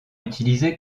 utilisé